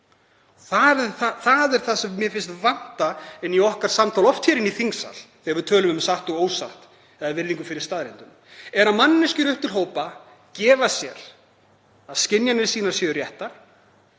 Það er það sem mér finnst oft vanta inn í samtal okkar hér í þingsal þegar við tölum um satt og ósatt eða virðingu fyrir staðreyndum, að manneskjur upp til hópa gefa sér að skynjanir þeirra séu réttar